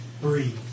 Breathe